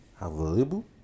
Available